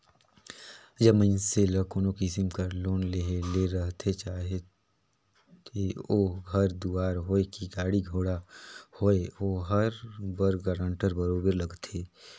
जब मइनसे ल कोनो किसिम कर लोन लेहे ले रहथे चाहे ओ घर दुवार होए कि गाड़ी घोड़ा होए ओकर बर गारंटर बरोबेर लागथे